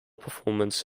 performance